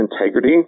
integrity